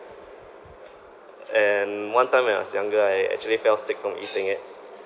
and one time when I was younger I actually fell sick from eating it